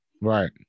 Right